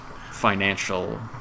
financial